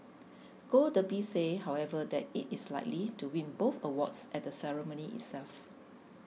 Gold Derby say however that it is likely to win both awards at the ceremony itself